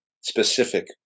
specific